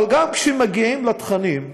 אבל גם כשמגיעים לתכנים,